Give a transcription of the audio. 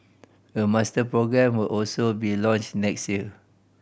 a master programme will also be launched next year